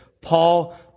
Paul